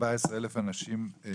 14,000 אנשים?